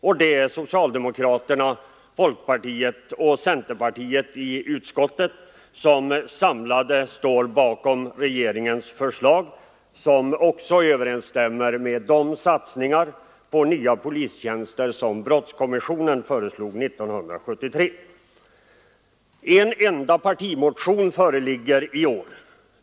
Och det är socialdemokraterna, folkpartiet och centerpartiet i utskottet, som samlade står bakom regeringens förslag, vilket också överensstämmer med de satsningar på nya polistjänster som brottskommissionen föreslog 1973. En enda partimotion föreligger i år.